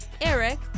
Eric